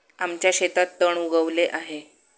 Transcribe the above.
आमच्या शेतात तण उगवले आहे